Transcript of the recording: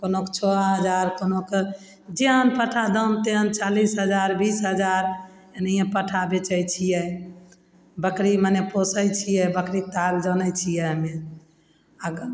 कोनोके छओ हजार कोनोके जेहन पट्ठा दाम तेहन चालिस हजार बीस हजार एनाहिए पट्ठा बेचै छिए बकरी मने पोसै छिए बकरीके ताल जानै छिए हमे आगाँ